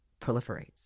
proliferates